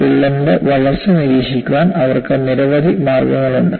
വിള്ളലിന്റെ വളർച്ച നിരീക്ഷിക്കാൻ അവർക്ക് നിരവധി മാർഗ്ഗങ്ങളുണ്ട്